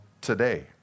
today